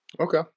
Okay